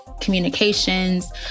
communications